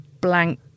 blank